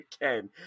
again